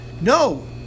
No